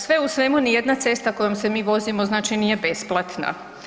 Sve u svemu, ni jedna cesta kojom se mi vozimo znači nije besplatna.